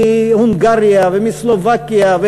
מהונגריה ומסלובקיה,